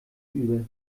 über